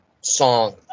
song